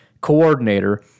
coordinator